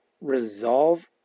resolve